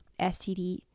STD